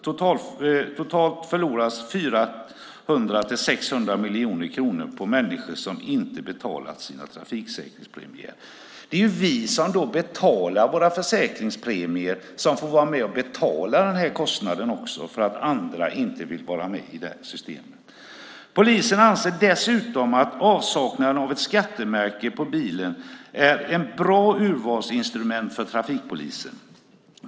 Totalt förlorar vi 400-600 miljoner kronor på människor som inte har betalat sina trafikförsäkringspremier. Det är ju vi som betalar våra försäkringspremier som får vara med och betala kostnaden för att andra inte vill vara med i systemet. Polisen anser dessutom att avsaknaden av ett skattemärke på bilen är ett bra urvalsinstrument för trafikpolisen.